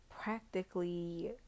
practically